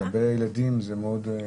לגבי הילדים זה מאוד קריטי.